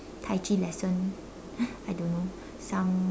tai chi lesson I don't know some